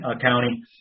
County